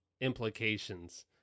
implications